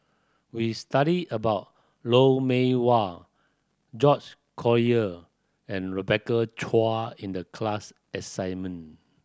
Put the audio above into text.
we studied about Lou Mee Wah George Collyer and Rebecca Chua in the class assignment